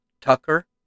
Tucker